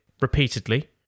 repeatedly